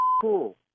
cool